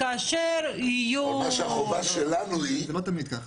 וכאשר יהיו --- החובה שלנו היא --- זה לא תמיד כך.